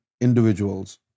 individuals